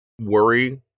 worry